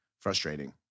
frustrating